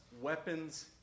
weapons